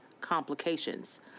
complications